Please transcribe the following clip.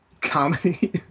comedy